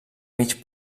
mig